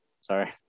sorry